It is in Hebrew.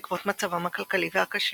בעקבות מצבם הכלכלי הקשה